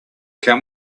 can